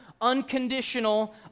unconditional